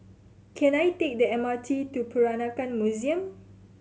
can I take the M R T to Peranakan Museum